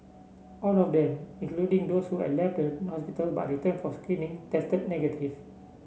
all of them including those who had left the hospital but returned for screening tested negative